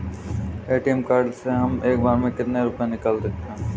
ATM card से हम एक बार में कितने रुपये निकाल सकते हैं?